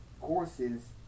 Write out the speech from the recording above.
courses